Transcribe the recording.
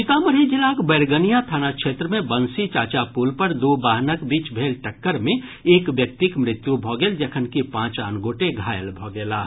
सीतामढ़ी जिलाक बैरगनिया थाना क्षेत्र मे बंसीचाचा पुल पर दू वाहनक बीच भेल टक्कर मे एक व्यक्तिक मृत्यु भऽ गेल जखनकि पांच आन गोटे घायल भऽ गेलाह